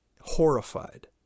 horrified